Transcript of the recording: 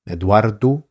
Eduardo